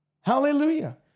Hallelujah